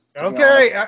Okay